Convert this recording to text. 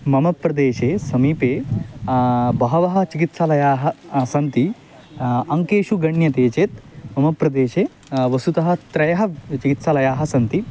मम प्रदेशस्य समीपे बहवः चिकित्सालयाः सन्ति अङ्केषु गण्यते चेत् मम प्रदेशे वस्तुतः त्रयः चिकित्सालयाः सन्ति